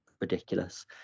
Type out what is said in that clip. ridiculous